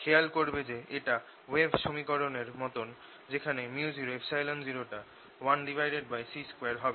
খেয়াল করবে যে এটা ওয়েভ সমীকরণের মতন যেখানে µ00 টা 1C2 হবে